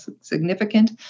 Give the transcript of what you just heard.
significant